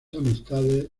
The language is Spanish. amistades